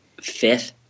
fifth